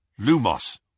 Lumos